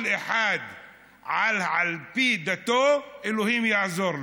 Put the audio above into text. כל אחד על פי דתו, אלוהים יעזור לו.